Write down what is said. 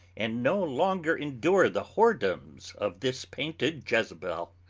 and no longer endure the whoredoms of this painted jezebel